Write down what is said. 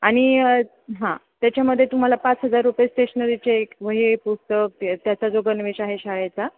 आणि हां त्याच्यामध्ये तुम्हाला पाच हजार रुपये स्टेशनरीचे एक वही पुस्तक त्याचा जो गणवेश आहे शाळेचा